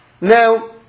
Now